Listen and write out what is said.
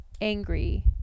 angry